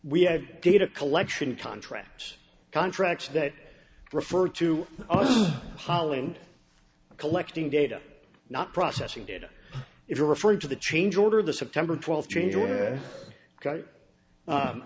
we have data collection contracts contracts that refer to us holland collecting data not processing data if you're referring to the change order of the september twelfth change